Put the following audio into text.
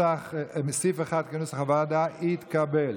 סעיף 1, כנוסח הוועדה, התקבל